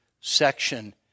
section